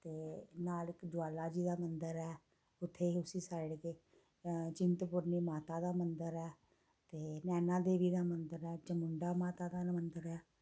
ते नाल इक ज्वाला जी दा मंदर ऐ उत्थै उस्सै साइड गै चिंतपूर्णी माता दा मंदर ऐ ते नैना देवी दा मंदर ऐ चमुण्डा माता दा मंदर ऐ